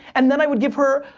and then i would give her,